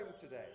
today